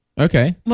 Okay